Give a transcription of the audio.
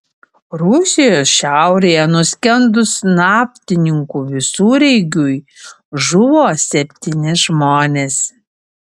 rusijos šiaurėje nuskendus naftininkų visureigiui žuvo septyni žmonės